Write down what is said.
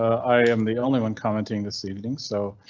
i am the only one commenting this evening so.